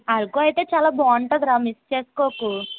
అరకు అయితే చాలా బాగుంటుంది రా మిస్ చేస్కోకు